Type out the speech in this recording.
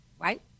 right